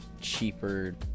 cheaper